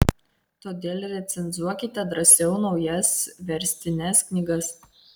todėl recenzuokite drąsiau naujas verstines knygas